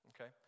Okay